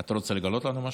אתה רוצה לגלות לנו משהו?